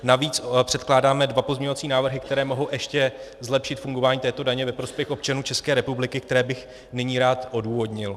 Navíc předkládáme dva pozměňovací návrhy, které mohou ještě zlepšit fungování této daně ve prospěch občanů České republiky a které bych nyní rád odůvodnil.